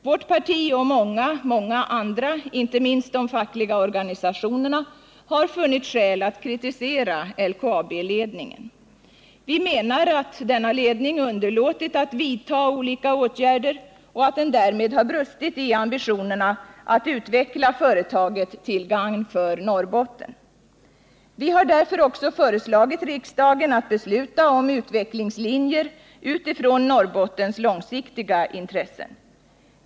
Vårt parti och många, många andra — inte minst de fackliga organisationerna — har funnit skäl att kritisera LKAB-ledningen. Vi menar att denna ledning underlåtit att vidta olika åtgärder och att den därmed har brustit i ambitionerna att utveckla företaget till gagn för Norrbotten. Vi har därför också föreslagit riksdagen att besluta om utvecklingslinjer utifrån Norrbottens långsiktiga intressen.